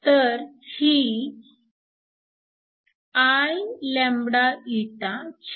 तर ही Iληhcआहे